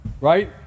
right